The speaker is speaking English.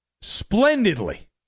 splendidly